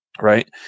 Right